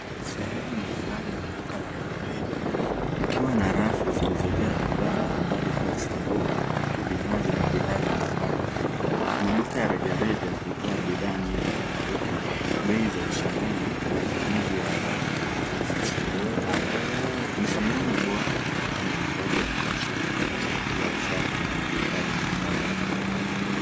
Sehemu ya ndani ya duka la rejareja likiwa na rafu zilizojaa bidhaa mbali mbali kama sabuni vinyaji na bidhaa za nyumbani. Maduka ya rejareja hutoa bidhaa nyingi tafauti pei ya ushindani na ununuzi wa haraka na rahizi sehemu moja. Ni sehemu bora kupata mahitaji ya kila siku kama chakula , usafi na vifaa vya nyumbani.